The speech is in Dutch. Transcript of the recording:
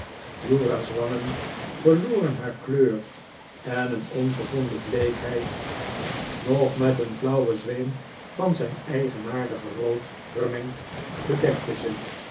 uriah's wangen verloren haar kleur en een ongezonde bleekheid nog met een flauwen zweem van zijn eigenaardige rood vermengd bedekte ze